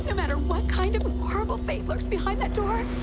ah matter what kind of horrible, fate works behind that door?